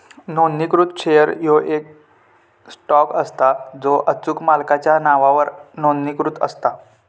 नोंदणीकृत शेअर ह्यो येक स्टॉक असता जो अचूक मालकाच्या नावावर नोंदणीकृत असता